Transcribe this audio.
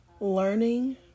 learning